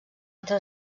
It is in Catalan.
altra